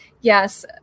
Yes